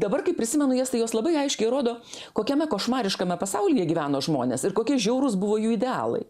dabar kai prisimenu jas tai jos labai aiškiai rodo kokiame košmariškame pasaulyje gyveno žmonės ir kokie žiaurūs buvo jų idealai